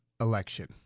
election